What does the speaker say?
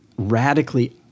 radically